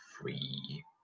free